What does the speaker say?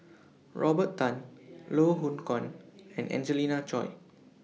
Robert Tan Loh Hoong Kwan and Angelina Choy